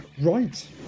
Right